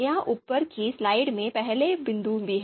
यह ऊपर की स्लाइड में पहला बिंदु भी है